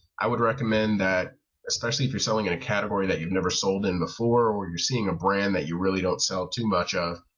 i would recommend that especially if you're selling in a category that you've never sold in before or you're seeing a brand that you really don't sell too much of,